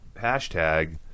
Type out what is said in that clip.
hashtag